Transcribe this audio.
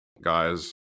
guys